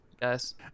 guys